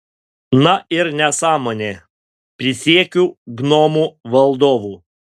na ir nesąmonė prisiekiu gnomų valdovu